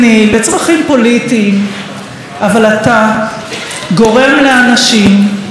אבל אתה גורם לאנשים לשנוא את האחים שלהם.